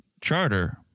charter